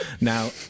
Now